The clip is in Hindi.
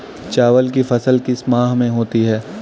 चावल की फसल किस माह में होती है?